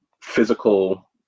physical